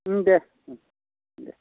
दे